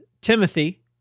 Timothy